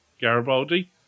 Garibaldi